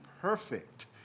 perfect